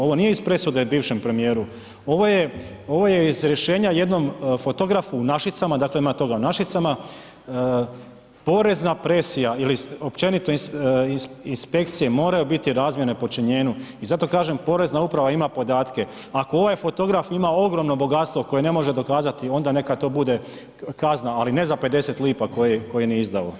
Ovo nije iz presude bivšem premijeru, ovo je iz rješenja jednom fotografu u Našicama, dakle ima toga u Našicama porezna presija ili općenito inspekcije moraju biti razmjerne počinjenju i zato kažem porezna uprava ima podatke, ako ovaj fotograf ima ogromno bogatstvo koje ne može dokazati onda neka to bude kazna, ali ne za 50 lipa koje nije izdao.